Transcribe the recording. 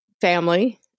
family